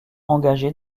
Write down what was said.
engagés